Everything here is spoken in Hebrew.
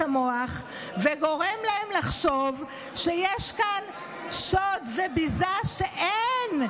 המוח וגורם להם לחשוב שיש כאן שוד וביזה כשאין.